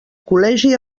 col·legi